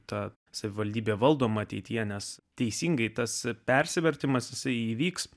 ta savivaldybė valdoma ateityje nes teisingai tas persivertimas jisai įvyks